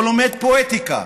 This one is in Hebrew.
או לומד פואטיקה.